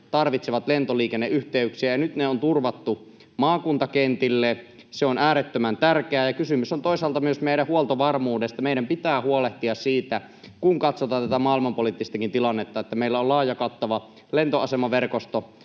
tarvitsevat lentoliikenneyhteyksiä, ja nyt ne on turvattu maakuntakentille. Se on äärettömän tärkeää, ja kysymys on toisaalta myös meidän huoltovarmuudesta. Meidän pitää huolehtia siitä, kun katsotaan tätä maailmanpoliittistakin tilannetta, että meillä on laaja, kattava lentoasemaverkosto